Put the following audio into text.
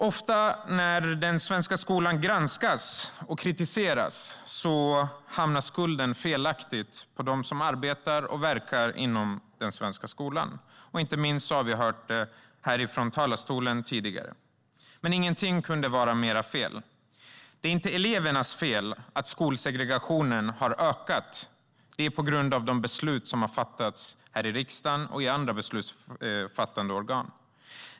Ofta när den svenska skolan granskas och kritiseras hamnar skulden felaktigt på dem som arbetar och verkar i skolan. Inte minst har vi hört det härifrån talarstolen tidigare. Men ingenting kunde vara mer fel. Det är inte elevernas fel att skolsegregationen har ökat. Den har ökat på grund av de beslut som har fattats här i riksdagen och andra beslutsfattande organ.